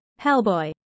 Hellboy